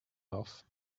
off